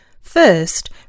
First